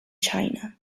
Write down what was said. china